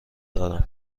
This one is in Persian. دارم